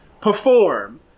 perform